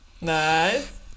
Nice